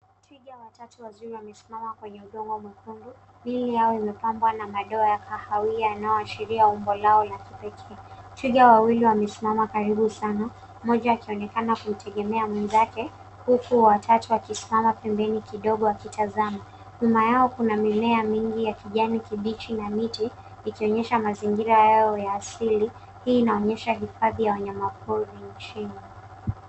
Twiga watatu wakiwa wamesimama kwenye udongo mwekundu. Miili yao imepambwa na madoa ya kahawia yanayoashiria umbo lao la kipekee. Twiga wawili wamesimama karibu sana mmoja akionekana kumtegemea mwenzake huku watatu akisimama pembeni kidogo akitazama. Nyuma yao kuna mimea mingi ya kijani kibichi na miti ikionyesha mazingira yao ya asili. Hii inaonyesha hifadhi ya wanyamapori nchini.